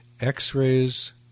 X-rays